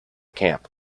camp